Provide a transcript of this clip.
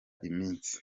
iminsi